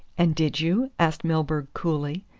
and did you? asked milburgh coolly.